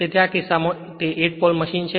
તેથી આ કિસ્સામાં તે 8 પોલ મશીન છે